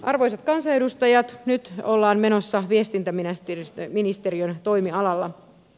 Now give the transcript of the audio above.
arvoisat kansanedustajat nyt ollaan menossa viestintäministeriön toimialalla